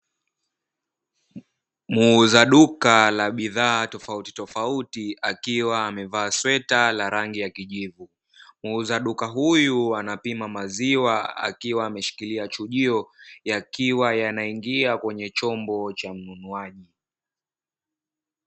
Muuza duka la bidhaa tofautitofauti, akiwa amezaa sweta la rangi ya kijivu, muuza duka huyu anapima maziwa akiwa ameshikilia chujio, yakiwa yanaingia kwenye chombo cha mnunuaji.